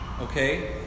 okay